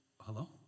Hello